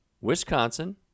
Wisconsin